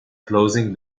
closing